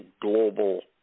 global